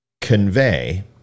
convey